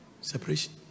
Separation